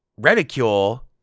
Reticule